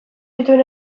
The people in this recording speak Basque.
dituen